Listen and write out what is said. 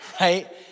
Right